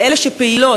לאלה שפעילות,